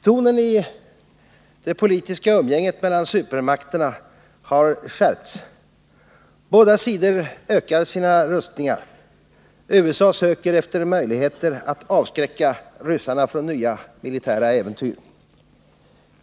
Tonen i det politiska umgänget mellan supermakterna har skärpts. Båda sidor ökar sina rustningar. USA söker efter möjligheter att avskräcka ryssarna från nya militära äventyr.